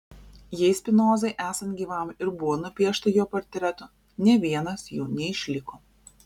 jei spinozai esant gyvam ir buvo nupiešta jo portretų nė vienas jų neišliko